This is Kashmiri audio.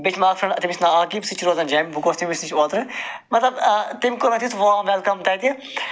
بیٚیہِ چھِ مےٚ اکھ فرٛٮ۪نڈ تٔمِس چھِ ناو عاقِب سُہ چھ روزان جَمہِ بہٕ گوس تٔمِس نِش اوترٕ مَطلَب تٔمۍ کوٚر مےٚ تیُتھ وام وٮ۪لکم تتہِ